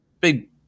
big